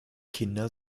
kinder